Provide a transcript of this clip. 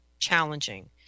challenging